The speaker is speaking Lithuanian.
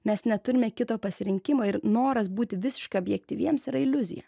mes neturime kito pasirinkimo ir noras būti visiškai objektyviems yra iliuzija